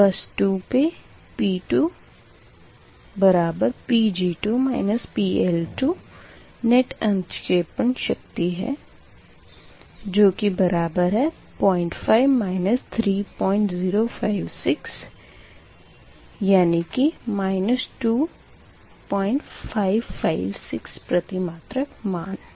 बस 2 पे P2Pg2 PL2 net अंतक्षेपण शक्ति बराबर 05 3056 होगी जो कि 2 556 प्रतिमात्रक मान है